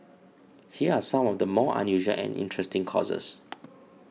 here are some of the more unusual and interesting courses